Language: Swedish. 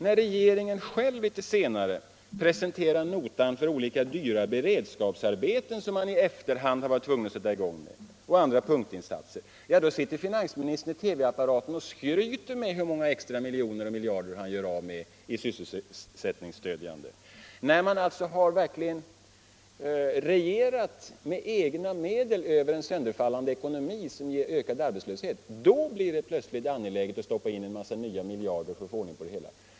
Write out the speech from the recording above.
När regeringen själv litet senare presenterar notan för olika, dyra beredskapsarbeten och andra punktinsatser, som den i efterhand varit tvungen att sätta i gång, sitter finansministern i TV-rutan och skryter med hur många extra miljoner och miljarder han gör av med för sysselsättningsstödjande åtgärder. När man verkligen har regerat med egna medel över en sönderfallande ekonomi som ger ökad arbetslöshet blir det plötsligt angeläget med en massa nya miljarder för att få ordning på det hela.